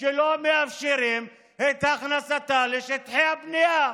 שלא מאפשרים את הכנסתה לשטחי הבנייה,